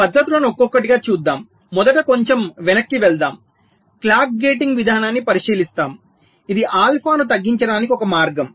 పద్ధతులను ఒక్కొక్కటిగా చూద్దాం మొదట కొంచెం వెనక్కి వెళ్దాం క్లాక్ గేటింగ్ విధానాన్ని పరిశీలిస్తాము ఇది ఆల్ఫాను తగ్గించడానికి ఒక మార్గం